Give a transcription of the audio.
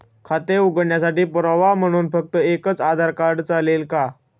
खाते उघडण्यासाठी पुरावा म्हणून फक्त एकच आधार कार्ड चालेल का?